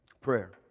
Prayer